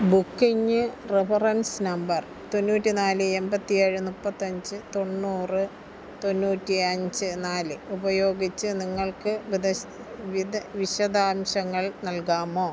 booking reference number തൊണ്ണൂറ്റി നാല് എൺപത്തി ഏഴ് മുപ്പത്തഞ്ച് തൊണ്ണൂറ് തൊണ്ണൂറ്റി അഞ്ച് നാല് ഉപയോഗിച്ച് നിങ്ങൾക്ക് വിശദാംശങ്ങൾ നൽകാമോ